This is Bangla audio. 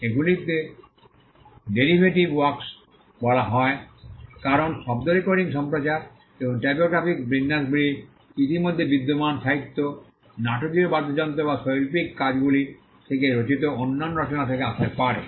এগুলিকে ডেরিভেটিভ ওয়ার্কস বলা হয় কারণ শব্দ রেকর্ডিং সম্প্রচার এবং টাইপোগ্রাফিক বিন্যাসগুলি ইতিমধ্যে বিদ্যমান সাহিত্য নাটকীয় বাদ্যযন্ত্র বা শৈল্পিক কাজগুলি থেকে রচিত অন্যান্য রচনা থেকে আসতে পারে